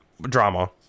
drama